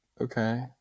Okay